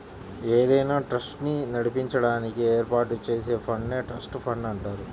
ఏదైనా ట్రస్ట్ ని నడిపించడానికి ఏర్పాటు చేసే ఫండ్ నే ట్రస్ట్ ఫండ్ అంటారు